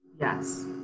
Yes